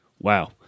wow